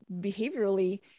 behaviorally